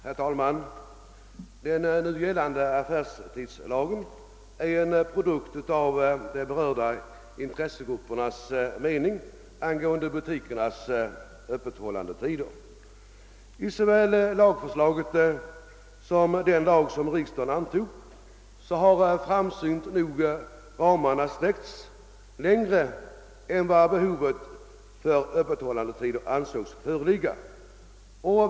Herr talman! Den nu gällande affärstidslagen är en produkt av de berörda intressegruppernas mening angående butikernas öppethållandetider. I såväl lagförslaget som i den lag som riksdagen antog har, framsynt nog, ramarna utsträckts längre än till det behov för öppethållandetider som ansågs föreligga.